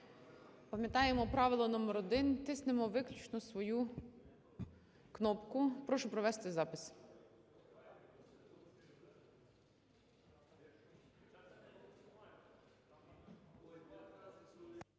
Пам'ятаємо правило номер один: тиснемо виключно свою кнопку. Прошу провести запис.